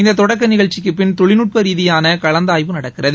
இந்த தொடக்க நிகழ்ச்சிக்கு பின் தொழில்நுட்ப ரீதியான கலந்தாய்வு நடக்கிறது